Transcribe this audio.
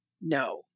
no